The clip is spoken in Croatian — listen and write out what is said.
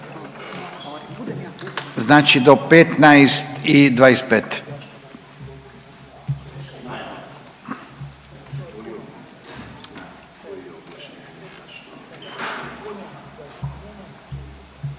Znači do 15 i 25.